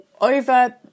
over